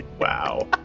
Wow